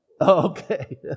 Okay